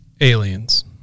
Aliens